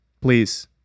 Please